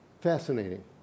Fascinating